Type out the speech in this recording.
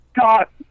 got